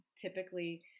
typically